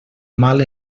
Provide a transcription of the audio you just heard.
mal